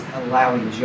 allowing